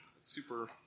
Super